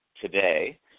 today